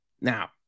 Now